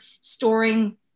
storing